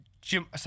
Jim